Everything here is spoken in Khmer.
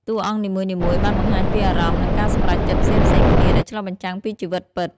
តួអង្គនីមួយៗបានបង្ហាញពីអារម្មណ៍ និងការសម្រេចចិត្តផ្សេងៗគ្នា ដែលឆ្លុះបញ្ចាំងពីជីវិតពិត។